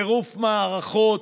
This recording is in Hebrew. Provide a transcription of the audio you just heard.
טירוף מערכות,